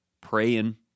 praying